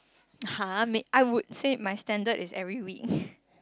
[huh] may~ I would say my standard is every week